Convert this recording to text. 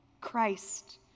Christ